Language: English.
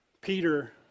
Peter